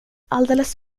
alldeles